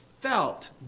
felt